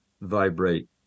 vibrate